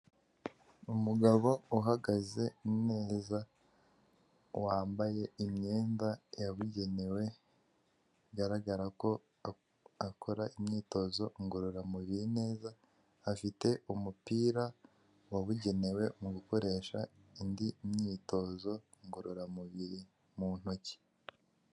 Umugabo uhagaze neza wambaye imyenda yabugenewe, bigaragara ko akora imyitozo ngororamubiri neza, afite umupira wabugenewe mu gukoresha indi myitozo ngororamubiri mu ntoki.